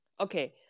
okay